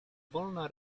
wolna